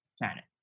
planet